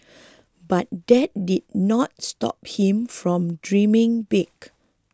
but that didn't stop him from dreaming big